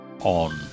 on